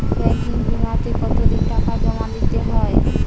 Banking বিমাতে কত দিন টাকা জমা দিতে হয়?